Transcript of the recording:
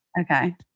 Okay